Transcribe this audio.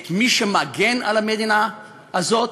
את מי שמגן על המדינה הזאת.